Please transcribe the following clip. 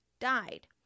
died